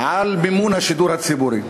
על מימון השידור הציבורי.